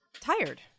tired